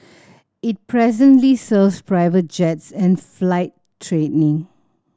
it presently serves private jets and flight training